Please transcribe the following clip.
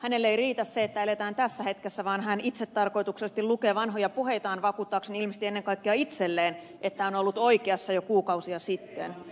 hänelle ei riitä se että eletään tässä hetkessä vaan hän itsetarkoituksellisesti lukee vanhoja puheitaan vakuuttaakseen ilmeisesti ennen kaikkea itselleen että on ollut oikeassa jo kuukausia sitten